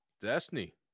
destiny